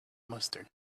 mustard